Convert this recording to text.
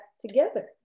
together